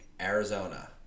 Arizona